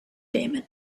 damon